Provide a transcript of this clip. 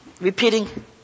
repeating